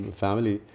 family